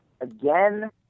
again